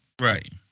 Right